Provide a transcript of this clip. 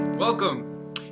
welcome